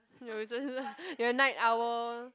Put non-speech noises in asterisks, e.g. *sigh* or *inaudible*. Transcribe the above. your resista~ *laughs* your Night Owl